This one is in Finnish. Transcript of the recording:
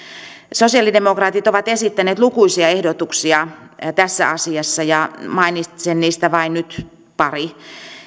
sosialidemokraatit ovat esittäneet lukuisia ehdotuksia tässä asiassa ja mainitsen niistä nyt vain pari